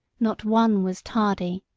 not one was tardy